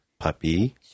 Puppy